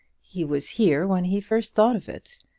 he was here when he first thought of it.